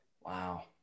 wow